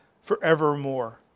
forevermore